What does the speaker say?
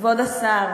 כבוד השר,